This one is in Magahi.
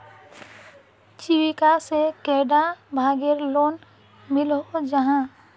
जीविका से कैडा भागेर लोन मिलोहो जाहा?